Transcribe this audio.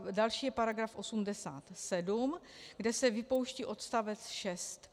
Další je § 87, kde se vypouští odstavec 6.